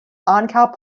ankaŭ